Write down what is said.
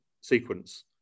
sequence